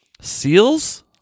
Seals